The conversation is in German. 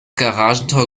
garagentor